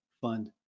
fund